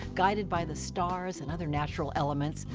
guided by the stars and other natural elements,